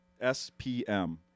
S-P-M